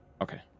Okay